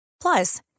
Plus